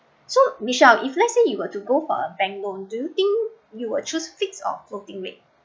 so michelle if let's say you were to go for a bank loan do think you will choose fixed or floating rate